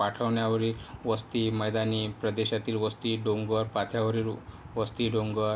पाठवण्यावरील वस्ती मैदानी प्रदेशातील वस्ती डोंगरपायथ्यावरील वस्ती डोंगर